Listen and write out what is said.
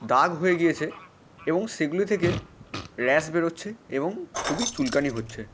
দাগ হয়ে গিয়েছে এবং সেগুলি থেকে র্যাশ বেরোচ্ছে এবং খুবই চুলকানি হচ্ছে